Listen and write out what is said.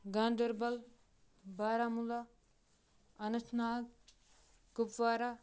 Ganderbal Baramulla Anantnag Kupwara